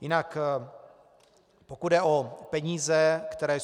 Jinak pokud jde o peníze, které